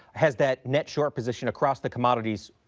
has that net short position across the commodities,